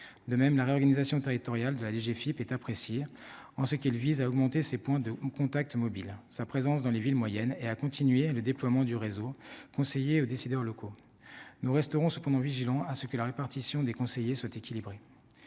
de même la réorganisation territoriale de la DGFIP est apprécié en ce qu'qui vise à augmenter ces points de contact mobile sa présence dans les villes moyennes et à continuer le déploiement du réseau, conseiller aux décideurs locaux, nous resterons cependant vigilants à ce que la répartition des conseillers soit équilibré